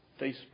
Facebook